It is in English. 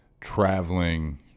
traveling